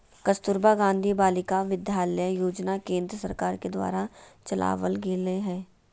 कस्तूरबा गांधी बालिका विद्यालय योजना केन्द्र सरकार के द्वारा चलावल गेलय हें